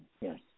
yes